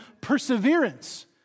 perseverance